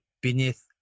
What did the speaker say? beneath